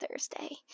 Thursday